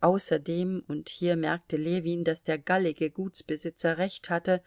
außerdem und hier merkte ljewin daß der gallige gutsbesitzer recht hatte